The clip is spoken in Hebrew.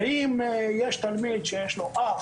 ואם יש תלמיד שיש לו אח,